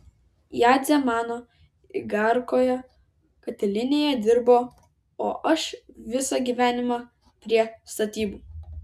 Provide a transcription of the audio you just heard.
jadzė mano igarkoje katilinėje dirbo o aš visą gyvenimą prie statybų